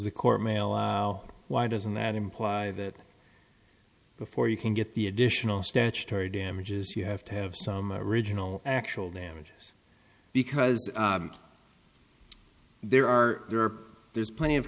the court mail why doesn't that imply that before you can get the additional statutory damages you have to have some original actual damages because there are there's plenty of